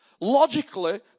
Logically